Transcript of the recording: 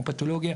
כמו פתולוגיה,